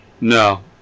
No